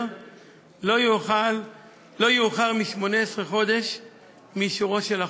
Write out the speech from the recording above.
לא יאוחר מ-18 חודש מאישורו של החוק.